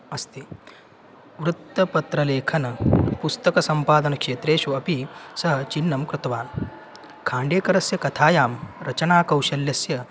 अस्ति वृत्तपत्रलेखनं पुस्तकसम्पादनक्षेत्रेषु अपि सः चिह्नं कृतवान् खाण्डेकरस्य कथायां रचनाकौशल्यस्य